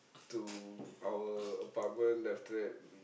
to our apartment then after that we